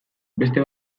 beste